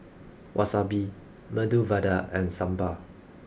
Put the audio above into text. Wasabi Medu Vada and Sambar